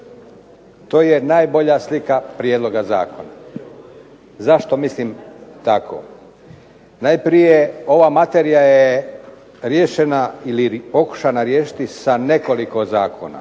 To je najbolja slika Prijedloga zakona. Zašto mislim tako? Najprije ova materija je riješena ili je pokušana riješiti sa nekoliko zakona,